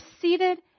seated